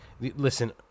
Listen